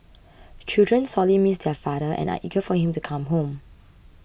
children sorely miss their father and are eager for him to come home